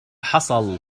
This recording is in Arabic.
حصل